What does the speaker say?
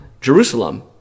Jerusalem